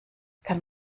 kann